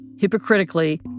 hypocritically